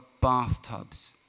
bathtubs